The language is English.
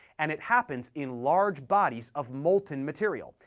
and it happens in large bodies of molten material,